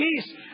peace